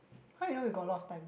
how you know you got a lot of time